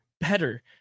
better